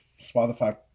Spotify